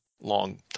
long